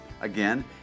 Again